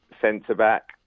centre-back